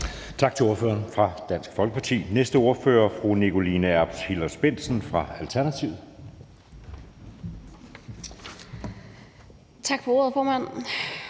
Tak til ordføreren fra Dansk Folkeparti. Næste ordfører er fru Nikoline Erbs Hillers-Bendtsen fra Alternativet. Kl. 13:21 (Ordfører)